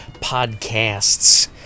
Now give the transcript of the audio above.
podcasts